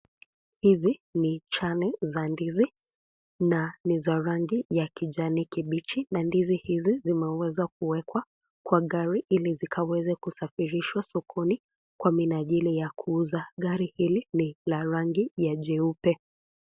Hizi ni jani za ndizi na ni za rangi ya kijani kibichi na ndizi zimeweza kuekwa Kwa gari ili zikaweze kusafirishwa sokoni Kwa minajili ya kuuza, gari hili ni la rangi ya jeupe.